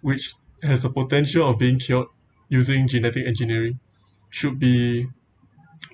which has a potential of been cured using genetic engineering should be